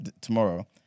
tomorrow